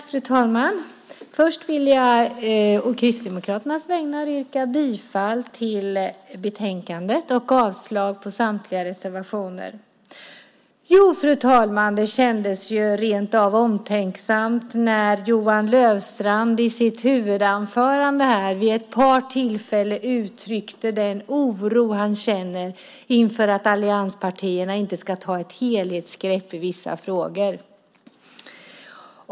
Fru talman! Först vill jag å Kristdemokraternas vägnar yrka bifall till förslaget i betänkandet och avslag på samtliga reservationer. Fru talman! Det kändes rent av omtänksamt när Johan Löfstrand i sitt huvudanförande här vid ett par tillfällen uttryckte den oro han känner inför att allianspartierna inte ska ta ett helhetsgrepp i vissa frågor.